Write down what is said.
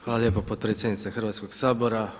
Hvala lijepo potpredsjednice Hrvatskog sabora.